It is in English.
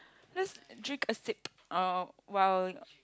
let's drink a sip of while